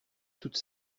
toute